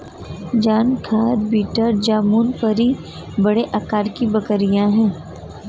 जरखाना बीटल जमुनापारी बड़े आकार की बकरियाँ हैं